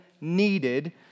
needed